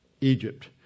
Egypt